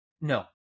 No